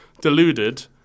deluded